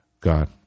God